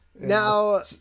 Now